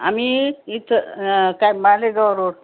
आम्ही इथं काय मालेगाव रोड